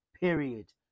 period